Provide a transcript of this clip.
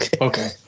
Okay